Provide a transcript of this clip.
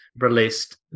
released